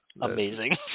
amazing